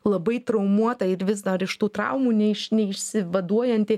labai traumuota ir vis dar iš tų traumų ne iš neišsivaduojanti